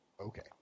Okay